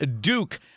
Duke